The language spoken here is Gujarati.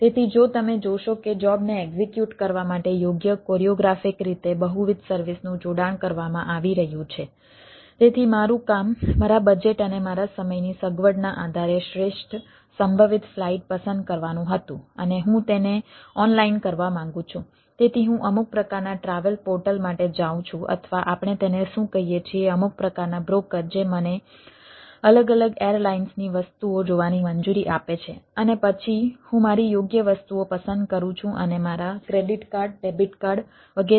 તેથી જો તમે જોશો કે જોબ ખરીદી રહ્યા છો કે કેમ વગેરે